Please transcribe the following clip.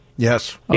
Yes